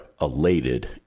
elated